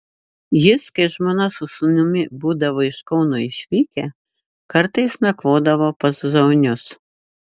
jis kai žmona su sūnumi būdavo iš kauno išvykę kartais nakvodavo pas zaunius